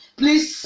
please